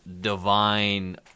divine